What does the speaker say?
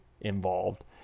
involved